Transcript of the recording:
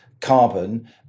carbon